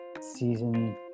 season